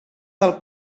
del